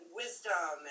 wisdom